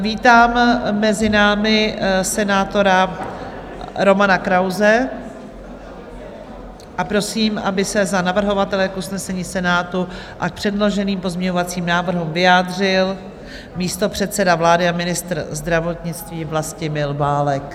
Vítám mezi námi senátora Romana Krause a prosím, aby se za navrhovatele k usnesení Senátu a k předloženým pozměňovacím návrhům vyjádřil místopředseda vlády a ministr zdravotnictví Vlastimil Válek.